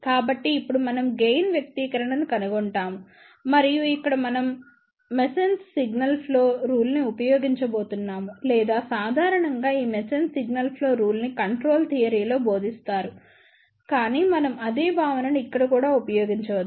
కాబట్టి ఇప్పుడు మనం గెయిన్ వ్యక్తీకరణను కనుగొంటాము మరియు ఇక్కడ మనం Mason's signal flow Mason's Signal Flow rule ని ఉపయోగించబోతున్నాము లేదా సాధారణంగా ఈ మాసోన్స్ సిగ్నల్ ఫ్లో రూల్ ని కంట్రోల్ థియరీ లో బోధిస్తారు కాని మనం అదే భావనను ఇక్కడ కూడా ఉపయోగించవచ్చు